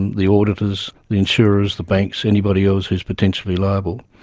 and the auditors, the insurers, the banks, anybody else who's potentially liable.